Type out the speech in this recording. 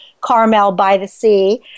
Carmel-by-the-Sea